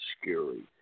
scary